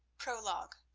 prologue